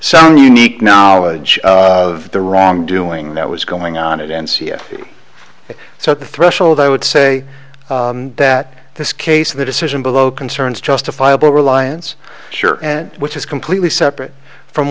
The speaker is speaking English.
some unique knowledge of the wrongdoing that was going on it and see it so at the threshold i would say that this case the decision below concerns justifiable reliance sure which is completely separate from